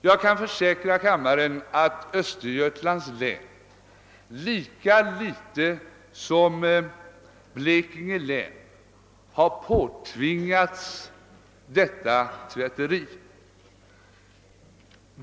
Jag kan försäkra kammaren att Östergötlands län lika litet som Blekinge län har påtvingats detta tvätteri.